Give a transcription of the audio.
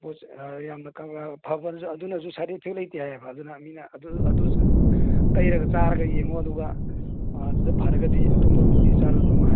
ꯄꯣꯠꯁꯦ ꯑꯗꯨꯅꯁꯨ side effect ꯂꯩꯇꯦ ꯍꯥꯏꯌꯦꯕ ꯑꯗꯨꯅ ꯃꯤꯅ ꯑꯗꯨ ꯇꯩꯔꯒ ꯆꯥꯔꯒ ꯌꯦꯡꯉꯣ ꯑꯗꯨꯒ ꯑꯗꯨꯗ ꯐꯔꯒꯗꯤ ꯑꯇꯣꯞꯄ ꯒꯨꯂꯤ ꯆꯥꯔꯨꯅꯣ ꯍꯥꯏꯑꯕ